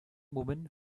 woman